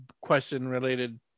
question-related